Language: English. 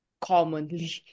commonly